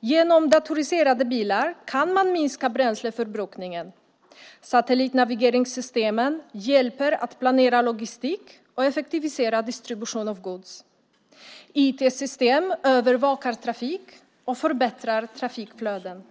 Genom datoriserade bilar kan man minska bränsleförbrukningen. Satellitnavigeringssystemen hjälper att planera logistik och effektivisera distribution av gods. IT-system övervakar trafik och förbättrar trafikflöden.